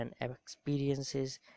experiences